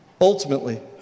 ultimately